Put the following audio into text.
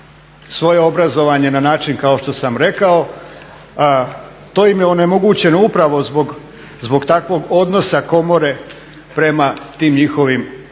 svoje obrazovanje na način kao što sam rekao. To im je onemogućeno upravo zbog takvog odnosa komore prema tim njihovim diplomama.